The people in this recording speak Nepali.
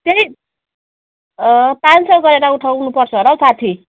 त्यही पाँच सय गरेर उठाउनु पर्छ होला हौ साथी